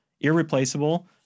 irreplaceable